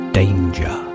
danger